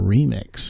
Remix